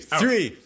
three